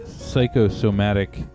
psychosomatic